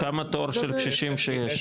כמה תור של קשישים יש?